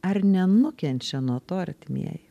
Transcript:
ar nenukenčia nuo to artimieji